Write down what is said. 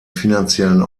finanziellen